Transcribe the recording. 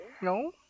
No